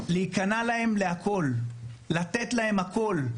להיכנע להם להכול, לתת להם הכול.